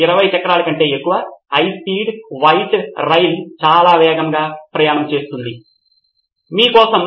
ఇతర సందర్భాల్లో పాఠ్యపుస్తకం ఉన్నచోట ఆ అంశంపై నా స్వంత అవగాహనను నా పాఠ్యపుస్తకంలో అదే వ్యవస్థలో వ్రాస్తాను